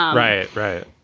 um right. right.